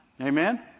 Amen